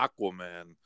Aquaman